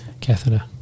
catheter